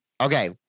Okay